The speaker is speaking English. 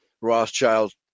Rothschilds